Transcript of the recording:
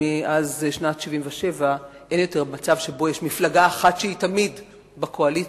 מאז שנת 1977 אין יותר מצב שבו יש מפלגה אחת שהיא תמיד בקואליציה,